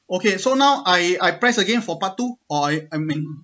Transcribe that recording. okay so now I I press again for part two or I I'm in